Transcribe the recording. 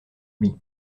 lui